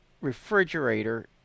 refrigerator